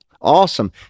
Awesome